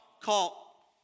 call